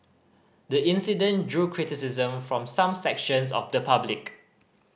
the incident drew criticism from some sections of the public